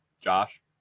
Josh